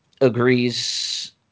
agrees